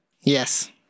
yes